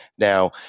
Now